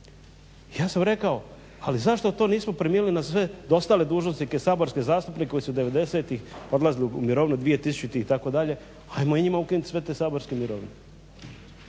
Ja sam rekao ali zašto to nismo primijenili na sve ostale dužnosnike, saborske zastupnike koji su 90-tih odlazili u mirovinu, 2000. Ajmo i njima ukinuti sve te saborske mirovine.